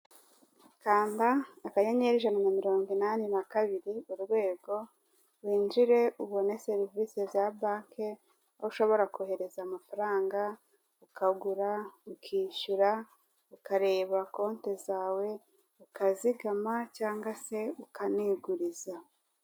Kanda akanyenyeri, ijana na mirongo inane na kabiri, urwego, winjire, ubone serivise za banki, aho ushobora kohereza amafaranga, ukagura, ukishyura, ukareba konte zawe, ukazigama cyangwa se ukaniguriza.